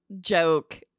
joke